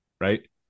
right